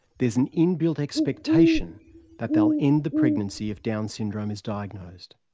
there is an in-built expectation that they'll end the pregnancy if down syndrome is diagnosed.